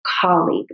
colleague